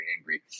angry